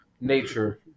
nature